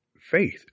faith